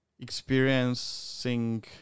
experiencing